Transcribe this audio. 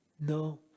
No